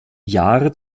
jahre